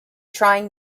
trying